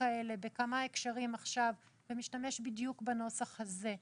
כאלה בכמה הקשרים ומשתמש בדיוק בנוסח הזה.